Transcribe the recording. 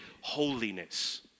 holiness